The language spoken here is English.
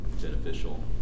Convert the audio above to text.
beneficial